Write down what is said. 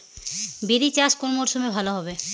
বিরি চাষ কোন মরশুমে ভালো হবে?